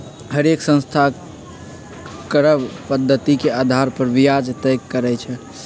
हरेक संस्था कर्व पधति के अधार पर ब्याज तए करई छई